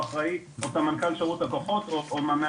סמנכ"ל שירות לקוחות או משהו אחר